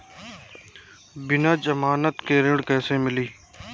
बिना जमानत के ऋण कैसे मिली?